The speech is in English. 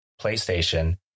PlayStation